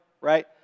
right